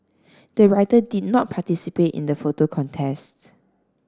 the writer did not participate in the photo contest